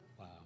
Wow